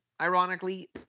ironically